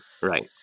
right